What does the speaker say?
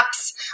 apps